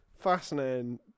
Fascinating